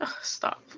Stop